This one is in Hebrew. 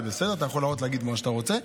זה בסדר ואתה יכול להגיד מה שאתה רוצה.